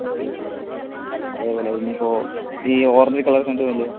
പത്തു കിലോ അല്ലേ ഓക്കേ അതേപോലെ ഇനിയിപ്പോൾ ഈ ഓറഞ്ച് കളർ ചെണ്ടുമല്ലിയോ